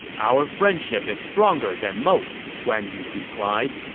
our friendship is stronger than most, guan yu replied.